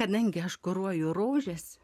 kadangi aš kuruoju rožes